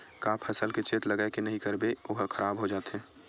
का फसल के चेत लगय के नहीं करबे ओहा खराब हो जाथे?